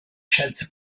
scienze